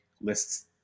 lists